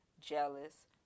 jealous